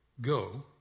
go